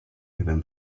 even